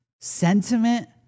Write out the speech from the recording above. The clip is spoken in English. sentiment